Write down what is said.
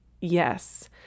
yes